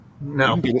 No